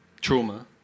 trauma